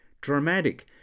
dramatic